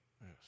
Yes